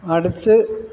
അടുത്ത്